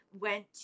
went